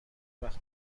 وقت